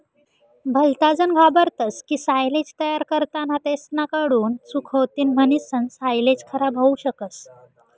भलताजन घाबरतस की सायलेज तयार करताना तेसना कडून चूक होतीन म्हणीसन सायलेज खराब होवू शकस